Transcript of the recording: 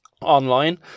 online